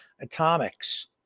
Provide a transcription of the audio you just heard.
Atomics